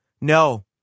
No